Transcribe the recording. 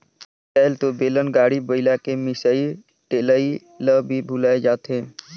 आयज कायल तो बेलन, गाड़ी, बइला के मिसई ठेलई ल भी भूलाये जाथे